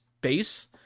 base